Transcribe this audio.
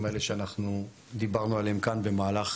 האלה שאנחנו דיברנו עליהם כאן במהלך